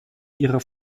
ihrer